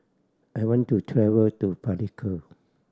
I want to travel to Palikir